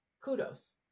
kudos